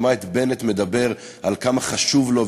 שמע את בנט מדבר על כמה חשוב לו,